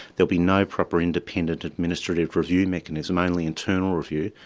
there'll be no proper independent administrative review mechanism, only internal review,